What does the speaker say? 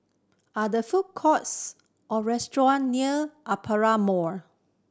are the food courts or restaurant near Aperia Mall